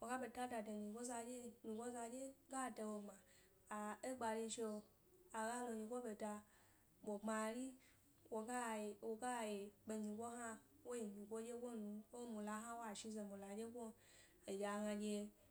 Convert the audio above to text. woga ɓeta da de nyigo za ɗye nyigo za dye ga dawo gbma, gbari zhi'o aga lo nyigo ɓeda ɓo gbma-ri woga ye woga ye kpe nyi go hna wo yi nyigo dyego num ko mula hna wa zhi wo ze mula dye gon edye agna ɗye.